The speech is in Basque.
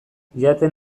jaten